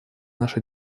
наша